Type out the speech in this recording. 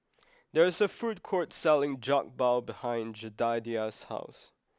there is a food court selling Jokbal behind Jedediah's house